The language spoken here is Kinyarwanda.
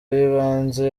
y’ibanze